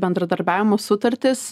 bendradarbiavimo sutartys